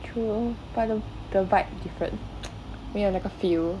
true but the the vibe different 没有那个 feel